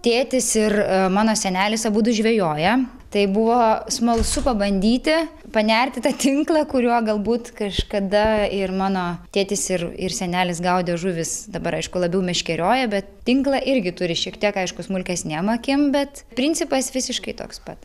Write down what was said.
tėtis ir mano senelis abudu žvejoja tai buvo smalsu pabandyti panerti tą tinklą kuriuo galbūt kažkada ir mano tėtis ir ir senelis gaudė žuvis dabar aišku labiau meškerioja bet tinklą irgi turi šiek tiek aišku smulkesnėm akim bet principas visiškai toks pat